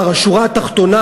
שנשאר, השורה התחתונה,